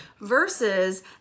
versus